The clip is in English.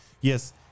Yes